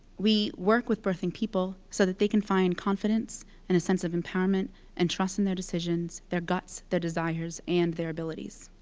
we work with birthing people so that they can find confidence and a sense of empowerment and trust in their decisions, their guts, their desires, and their abilities.